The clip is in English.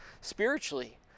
spiritually